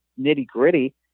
nitty-gritty